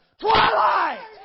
Twilight